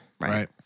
Right